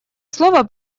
слово